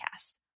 Podcasts